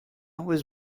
was